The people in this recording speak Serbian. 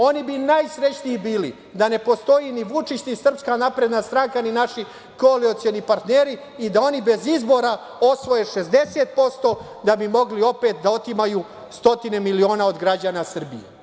Oni bi najsrećniji bili da ne postoji ni Vučić, ni SNS, ni naši koalicioni partneri i da oni bez izbora osvoje 60% da bi mogli opet da otimaju stotine miliona od građana Srbije.